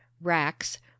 racks